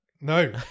No